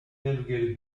navigated